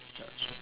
ya